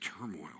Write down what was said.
turmoil